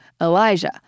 Elijah